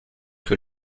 que